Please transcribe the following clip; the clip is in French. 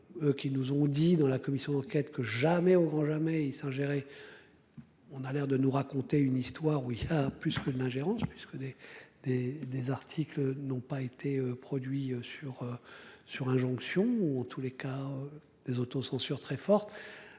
et. Qui nous ont dit dans la commission d'enquête que jamais au grand jamais s'ingérer. On a l'air de nous raconter une histoire où il y a plus que l'ingérence puisque des des des articles n'ont pas été produit sur. Sur injonction ou en tous les cas, les auto-censure très forte.